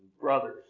brothers